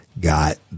got